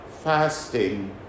fasting